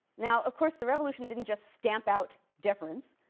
now of course, the revolution didn't just stamp out deference,